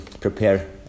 prepare